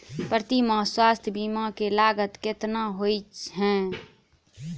प्रति माह स्वास्थ्य बीमा केँ लागत केतना होइ है?